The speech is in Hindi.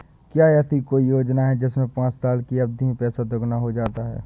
क्या ऐसी कोई योजना है जिसमें पाँच साल की अवधि में पैसा दोगुना हो जाता है?